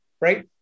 right